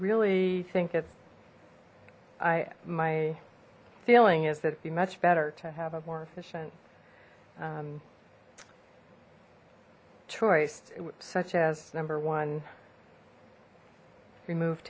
really think if i my feeling is that it'd be much better to have a more efficient choice such as number one remove